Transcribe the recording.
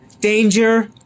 danger